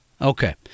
Okay